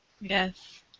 Yes